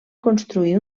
construir